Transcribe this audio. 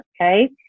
okay